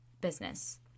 business